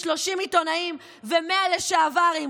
30 עיתונאים ו-100 לשעברים,